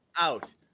Out